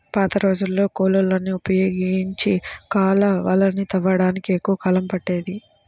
పాతరోజుల్లో కూలోళ్ళని ఉపయోగించి కాలవలని తవ్వడానికి ఎక్కువ కాలం పట్టేది